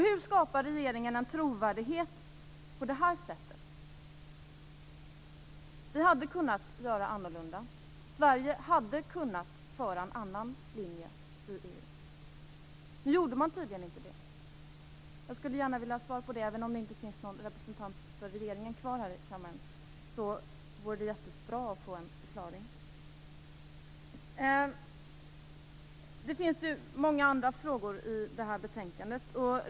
Hur skapar regeringen en trovärdighet på det här sättet? Vi hade kunnat göra annorlunda. Sverige hade kunnat föra fram en annan linje i EU. Nu gjorde man tydligen inte det. Jag skulle gärna vilja ha svar på det här. Även om det inte finns någon representant för regeringen kvar här i kammaren, så vore det bra att få en förklaring. Det finns ju många andra frågor i det här betänkandet.